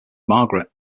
margaret